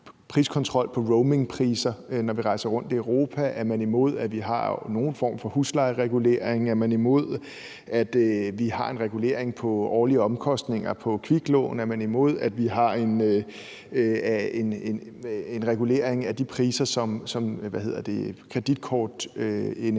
priskontrol på de roamingpriser, vi betaler, når vi rejser rundt i Europa? Er man imod, at vi har nogen form for huslejeregulering? Er man imod, at vi har en regulering på årlige omkostninger på kviklån? Er man imod, at vi har en regulering af de priser, der må være